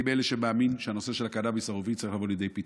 אני מאלה שמאמינים שהנושא של הקנביס הרפואי צריך לבוא לידי פתרון.